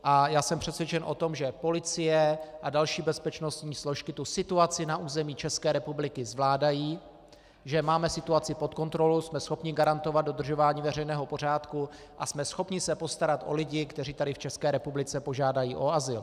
A já jsem přesvědčen o tom, že policie a další bezpečnostní složky tu situaci na území České republiky zvládají, že máme situaci pod kontrolou, jsme schopni garantovat dodržování veřejného pořádku a jsme schopni se postarat o lidi, kteří tady v ČR požádají o azyl.